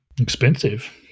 Expensive